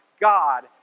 God